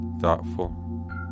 thoughtful